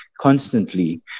constantly